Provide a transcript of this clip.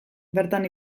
bertan